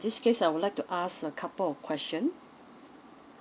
this case I would like to ask a couple of questions